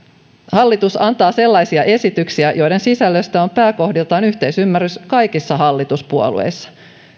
hallitus antaa sellaisia esityksiä joiden sisällöstä on pääkohdiltaan yhteisymmärrys kaikissa hallituspuolueissa